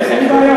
אין בעיה.